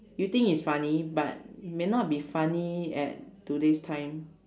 you think it's funny but may not be funny at today's time